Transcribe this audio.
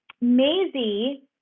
Maisie